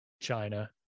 China